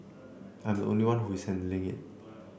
I am the only one who is handling it